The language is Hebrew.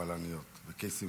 ובלניות וקייסים.